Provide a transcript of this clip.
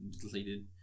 deleted